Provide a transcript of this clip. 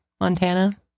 Montana